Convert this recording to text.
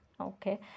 okay